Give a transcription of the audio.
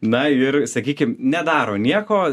na ir sakykim nedaro nieko